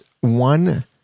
one